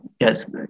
yes